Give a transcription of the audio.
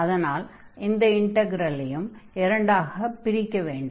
அதனால் இந்த இன்ட்கரலையும் இரண்டாகப் பிரிக்க வேண்டும்